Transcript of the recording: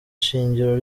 shingiro